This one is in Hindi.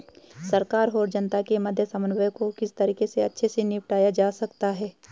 सरकार और जनता के मध्य समन्वय को किस तरीके से अच्छे से निपटाया जा सकता है?